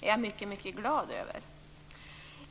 jag mycket glad över.